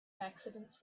accidents